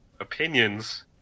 opinions